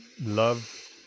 love